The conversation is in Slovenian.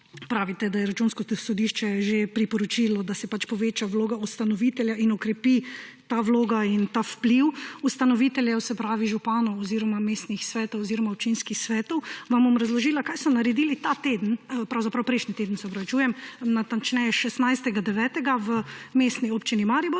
pravite, da je Računsko sodišče že priporočilo, da se poveča vloga ustanovitelja in okrepi ta vloga in ta vpliv ustanoviteljev, se pravi županov oziroma mestnih svetov oziroma občinskih svetov, vam bom razložila, kaj so naredili prejšnji teden, natančneje 16. 9., v Mestni občini Maribor.